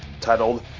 titled